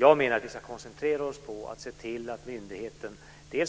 Jag menar att vi ska koncentrera oss på att se till att myndigheten